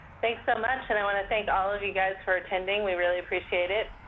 thanks so much. and i want to thank all of you guys for attending. we really appreciate it.